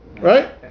right